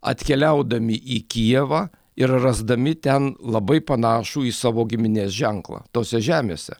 atkeliaudami į kijevą ir rasdami ten labai panašų į savo giminės ženklą tose žemėse